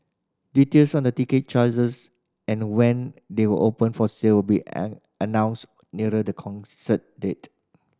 details on the ticket charges and when they will open for sale be an announced nearer the concert date